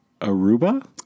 Aruba